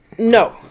No